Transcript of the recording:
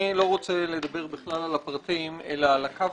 אני לא רוצה לדבר בכלל על הפרטים אלא על הקו